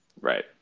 right